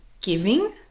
giving